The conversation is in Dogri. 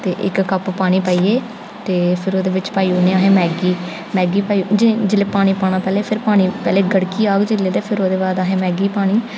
ते इक कप पानी पाइयै ते फिर ओह्दे बिच अहें पाई ओड़नी मैगी मैगी पाइयै जेल्लै पानी पाना पैह्लें फिर पानी पैह्लें गड़की जाह्ग जेल्लै ते ओह्दे बाद अहें मैगी पानी